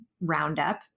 Roundup